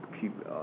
keep